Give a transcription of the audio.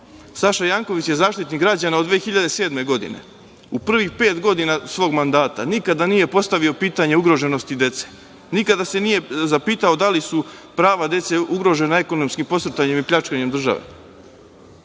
Janković je Zaštitnik građana od 2007. godine. U prvih pet godina svog mandata nikada nije postavio pitanje ugroženosti dece, nikada se nije zapitao da li su prava dece ugrožena ekonomskim posrtanjem i pljačkanjem države.